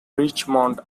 richmond